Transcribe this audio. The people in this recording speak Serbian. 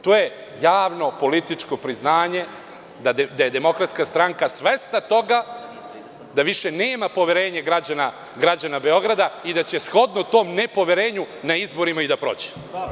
To javno političko priznanje da je DS svesna toga da više nema poverenje građana Beograda, i da će shodno tom nepoverenju na izborima i da prođe.